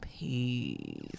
Peace